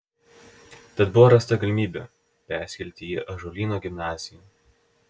tad buvo rasta galimybė persikelti į ąžuolyno gimnaziją